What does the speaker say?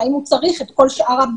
המשנה למנכ"ל,